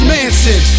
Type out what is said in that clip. Manson